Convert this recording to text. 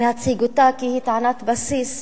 להציג אותה, כי היא טענת בסיס,